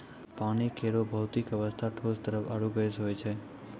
पानी केरो भौतिक अवस्था ठोस, द्रव्य आरु गैस होय छै